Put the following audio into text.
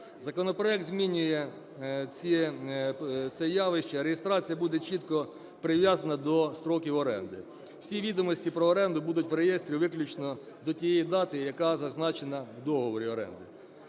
Законопроект змінює це явище. Реєстрація буде чітко прив'язана до строків оренди. Всі відомості про оренду будуть в реєстрі виключно до тієї дати, яка зазначена в договорі оренди.